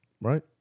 Right